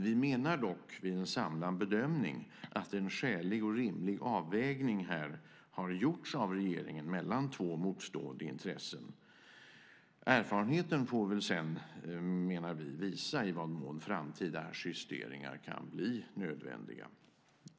Vi menar dock vid en samlad bedömning att en skälig och rimlig avvägning här har gjorts av regeringen mellan två motstående intressen. Erfarenheten får väl sedan, menar vi, visa i vad mån framtida justeringar kan bli nödvändiga.